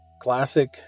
classic